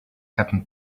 happened